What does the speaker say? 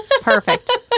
Perfect